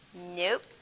Nope